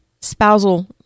spousal